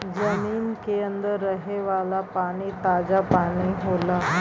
जमीन के अंदर रहे वाला पानी ताजा पानी होला